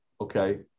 Okay